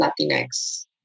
Latinx